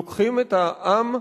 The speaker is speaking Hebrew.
לוקחים את העם,